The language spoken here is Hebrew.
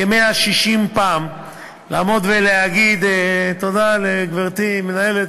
כ-160 פעם לעמוד ולהגיד: תודה לגברתי מנהלת